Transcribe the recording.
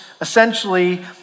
essentially